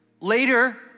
later